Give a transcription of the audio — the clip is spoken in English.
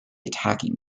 attacking